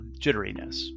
jitteriness